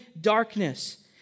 darkness